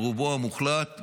ברובו המוחלט,